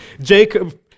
Jacob